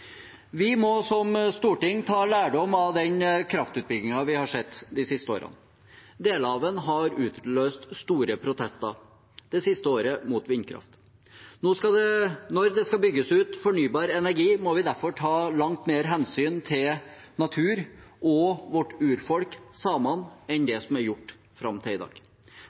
Vi må som storting ta lærdom av den kraftutbyggingen vi har sett de siste årene. Deler av den har utløst store protester, det siste året mot vindkraft. Når det skal bygges ut fornybar energi, må vi derfor ta langt større hensyn til naturen og til vårt urfolk, samene, enn det som har vært gjort fram til i dag.